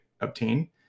obtain